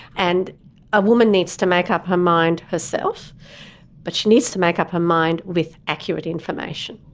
and a woman needs to make up her mind herself but she needs to make up her mind with accurate information.